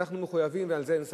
לזה אנחנו מחויבים ועל כך אין ספק.